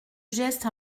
geste